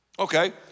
Okay